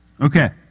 Okay